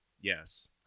Yes